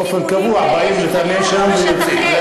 באופן קבוע באים להתאמן שם ויוצאים.